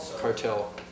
cartel